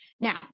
now